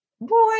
Boy